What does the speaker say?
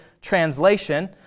translation